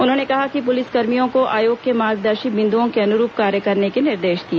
उन्होंने कहा कि पुलिस कर्मियों को आयोग के मार्गदर्शी बिंदुओं के अनुरूप कार्य करने के निर्देश दिए